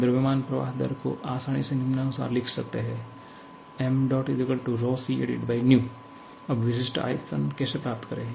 हम द्रव्यमान प्रवाह दर mass flow rate को आसानी से निम्नानुसार लिख सकते हैं mCA v अब विशिष्ट आयतन कैसे प्राप्त करें